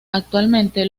actualmente